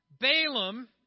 Balaam